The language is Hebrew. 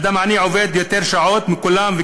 אדם עני עובד יותר שעות מכולם,